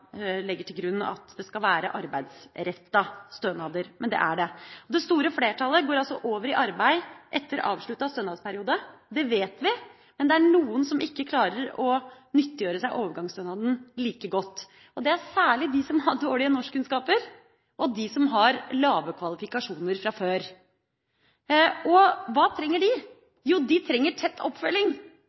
legger til grunn at det skal være arbeidsrettede stønader – men det er det. Det store flertallet går over i arbeid etter avsluttet stønadsperiode. Det vet vi. Men det er noen som ikke klarer å nyttiggjøre seg overgangsstønaden like godt, og det er særlig dem som har dårlige norskkunnskaper, og dem som har lave kvalifikasjoner fra før. Hva trenger de? Jo, de trenger tett oppfølging.